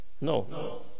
No